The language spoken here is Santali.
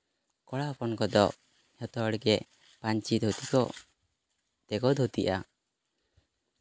ᱠᱚᱲᱟ ᱦᱚᱯᱚᱱ ᱠᱚᱫᱚ ᱡᱷᱚᱛᱚ ᱦᱚᱲᱜᱮ ᱯᱟᱹᱧᱪᱤ ᱫᱷᱩᱛᱤ ᱠᱚ ᱛᱮᱠᱚ ᱫᱷᱩᱛᱤᱜᱼᱟ